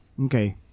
Okay